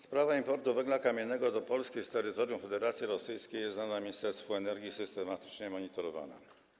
Sprawa importu węgla kamiennego do Polski z terytorium Federacji Rosyjskiej jest znana Ministerstwu Energii i systematycznie monitorowana.